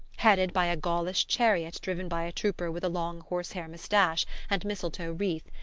headed by a gaulish chariot driven by a trooper with a long horsehair moustache and mistletoe wreath,